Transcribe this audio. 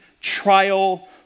trial